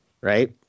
right